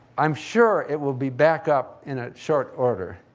i'm sure it will be back up in a short order.